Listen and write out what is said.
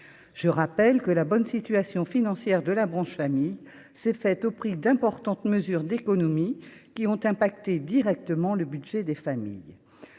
je rappelle que la bonne situation financière de la branche famille s'est faite au prix d'importantes mesures d'économie qui ont impacté directement le budget des familles